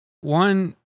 One